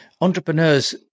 entrepreneurs